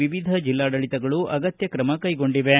ವಿವಿಧ ಜಿಲ್ಲಾಡಳಿತಗಳು ಅಗತ್ತ ಕ್ರಮ ಕೈಗೊಂಡಿವೆ